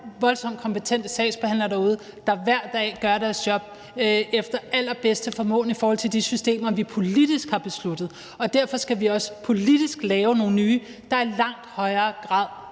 voldsomt kompetente sagsbehandlere derude, der hver dag gør deres job efter allerbedste formåen i forhold til de systemer, vi politisk har besluttet, og derfor skal vi også politisk lave nogle nye systemer, der i langt højere grad